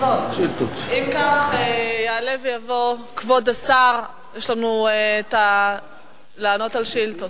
יעלה ויבוא כבוד השר לענות על שאילתות.